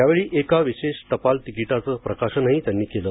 यावेळी एका विशेष टपाल तिकिटाचं प्रकाशनही त्यांनी केलं